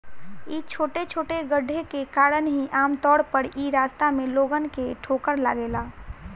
इ छोटे छोटे गड्ढे के कारण ही आमतौर पर इ रास्ता में लोगन के ठोकर लागेला